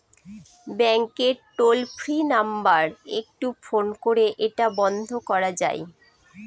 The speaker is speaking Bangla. ব্যাংকের টোল ফ্রি নাম্বার একটু ফোন করে এটা বন্ধ করা যায়?